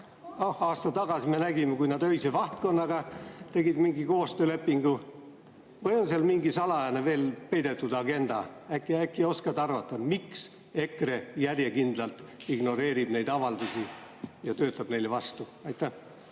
aasta tagasi, me nägime, tegid Öise Vahtkonnaga mingi koostöölepingu? Või on seal veel mingi salajane peidetud agenda? Äkki oskad arvata, miks EKRE järjekindlalt ignoreerib neid avaldusi ja töötab neile vastu? Aitäh,